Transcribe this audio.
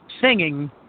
singing